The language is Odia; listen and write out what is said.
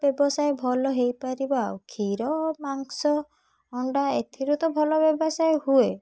ବ୍ୟବସାୟ ଭଲ ହେଇପାରିବା ଆଉ କ୍ଷୀର ମାଂସ ଅଣ୍ଡା ଏଥିରୁ ତ ଭଲ ବ୍ୟବସାୟ ହୁଏ